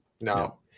no